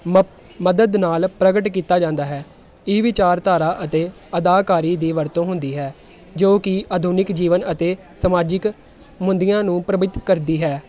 ਮਪ ਮਦਦ ਨਾਲ ਪ੍ਰਗਟ ਕੀਤਾ ਜਾਂਦਾ ਹੈ ਇਹ ਵਿਚਾਰਧਾਰਾ ਅਤੇ ਅਦਾਕਾਰੀ ਦੀ ਵਰਤੋਂ ਹੁੰਦੀ ਹੈ ਜੋ ਕਿ ਆਧੁਨਿਕ ਜੀਵਨ ਅਤੇ ਸਮਾਜਿਕ ਮੁੱਦਿਆਂ ਨੂੰ ਪ੍ਰਵਿਤ ਕਰਦੀ ਹੈ